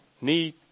need